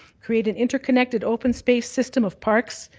create an interconnected open space system of parks,